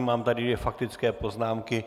Mám tady dvě faktické poznámky.